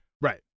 right